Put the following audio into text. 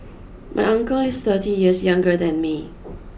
my uncle is thirty years younger than me